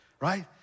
right